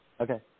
okay